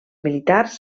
militars